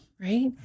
Right